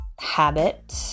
habit